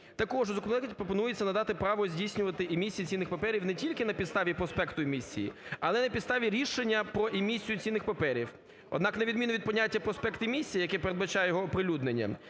Також у законопроекті пропонується надати право здійснювати емісію цінних паперів не тільки на підставі проспекту емісії, але на підставі рішення про емісію цінних паперів. Однак на відміну від поняття "проспект емісії", яке передбачає його оприлюднення,